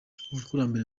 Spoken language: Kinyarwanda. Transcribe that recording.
abakurambere